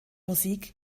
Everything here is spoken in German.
musik